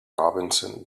robinson